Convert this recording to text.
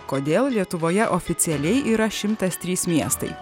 kodėl lietuvoje oficialiai yra šimtas trys miestai